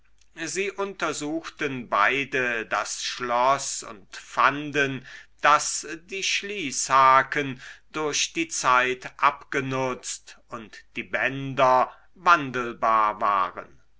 sie untersuchten beide das schloß und fanden daß die schließhaken durch die zeit abgenutzt und die bänder wandelbar waren